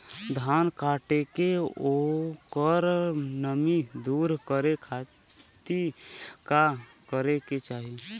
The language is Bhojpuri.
धान कांटेके ओकर नमी दूर करे खाती का करे के चाही?